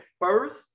first